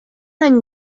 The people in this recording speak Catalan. any